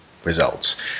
results